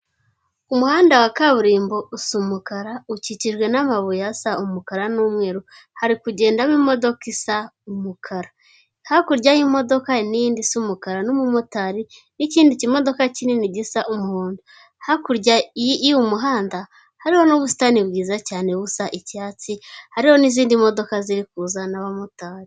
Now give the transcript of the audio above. Umuhanda wa kaburimbo usa umukara ukikijwe n'amabuye asa umukara n'umweru, hari kugendamo imodoka isa umukara, hakurya y'imodoka hari n'iyindi isa umukara n'umumotari n'ikindi cy'imodoka kinini gisa umuhondo, hakurya y'uyu muhanda hariho n'ubusitani bwiza cyane busa icyatsi hariho n'izindi modoka ziri kuza n'abamotari.